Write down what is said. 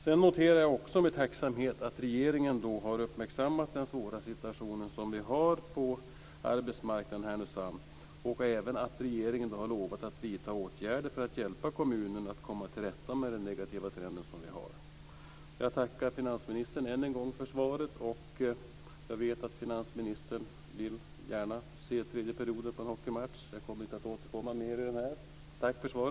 Sedan noterar jag också med tacksamhet att regeringen har uppmärksammat den svåra situationen på arbetsmarknaden i Härnösand. Jag noterar även att regeringen har lovat att vidta åtgärder för att hjälpa kommunen att komma till rätta med den negativa trend vi har. Jag tackar finansministern än en gång för svaret. Jag vet att finansministern gärna vill se den tredje perioden på en hockeymatch, och jag ska inte återkomma i frågan.